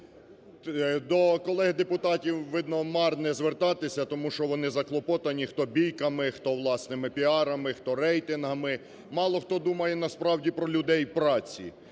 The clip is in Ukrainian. До колег депутатів, видно, марно звертатися, тому що вони заклопотані, хто бійками, хто власними піарами, хто рейтингами. Мало хто думає насправді про людей праці,